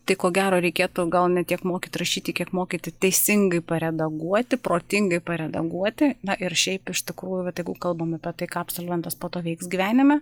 tai ko gero reikėtų gal ne tiek mokyt rašyti kiek mokyti teisingai paredaguoti protingai paredaguoti na ir šiaip iš tikrųjų vat jeigu kalbame apie tai ką absolventas po to veiks gyvenime